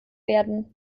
werden